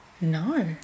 No